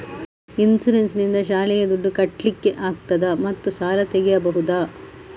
Insurance ನಿಂದ ಶಾಲೆಯ ದುಡ್ದು ಕಟ್ಲಿಕ್ಕೆ ಆಗ್ತದಾ ಮತ್ತು ಸಾಲ ತೆಗಿಬಹುದಾ?